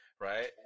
right